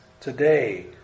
today